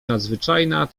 nadzwyczajna